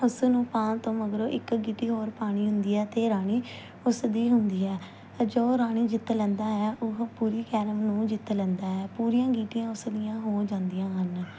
ਉਸ ਨੂੰ ਪਾਉਣ ਤੋਂ ਮਗਰੋਂ ਇੱਕ ਗੀਟੀ ਹੋਰ ਪਾਣੀ ਹੁੰਦੀ ਹੈ ਅਤੇ ਰਾਣੀ ਉਸ ਦੀ ਹੁੰਦੀ ਹੈ ਅ ਜੋ ਰਾਣੀ ਜਿੱਤ ਲੈਂਦਾ ਹੈ ਉਹ ਪੂਰੀ ਕੈਰਮ ਨੂੰ ਜਿੱਤ ਲੈਂਦਾ ਹੈ ਪੂਰੀਆਂ ਗੀਟੀਆਂ ਉਸ ਦੀਆਂ ਹੋ ਜਾਂਦੀਆਂ ਹਨ